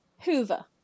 Hoover